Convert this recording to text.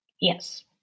Yes